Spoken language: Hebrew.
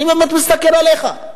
אני באמת מסתכל עליך.